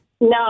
No